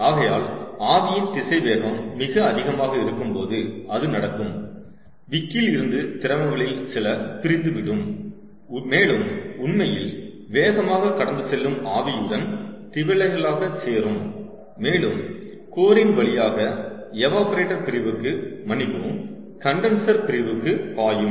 ஆகையால் ஆவியின் திசைவேகம் மிக அதிகமாக இருக்கும்போது அது நடக்கும் விக்கில் இருந்து திரவங்களில் சில பிரிந்து விடும் மேலும் உண்மையில் வேகமாக கடந்து செல்லும் ஆவியுடன் திவலைகளாக சேரும் மேலும் கோரின் வழியாக எவாப்ரேட்டர் பிரிவுக்கு மன்னிக்கவும் கண்டன்சர் பிரிவுக்கு பாயும்